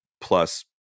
plus